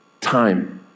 Time